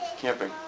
camping